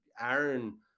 aaron